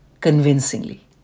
convincingly